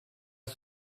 que